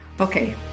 okay